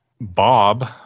bob